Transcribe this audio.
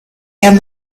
and